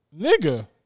Nigga